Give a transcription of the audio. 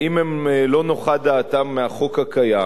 אם לא נוחה דעתם מהחוק הקיים,